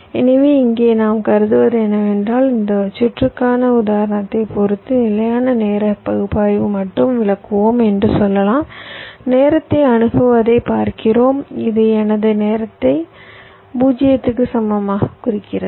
எனவே இங்கே நாம் கருதுவது என்னவென்றால் இந்த சுற்றுக்கான உதாரணத்தைப் பொறுத்து நிலையான நேர பகுப்பாய்வை மட்டும் விளக்குவோம் என்று சொல்லலாம் நேரத்தை அணுகுவதைப் பார்க்கிறோம் இது எனது நேரத்தை 0 க்கு சமமாகக் குறிக்கிறது